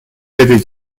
этой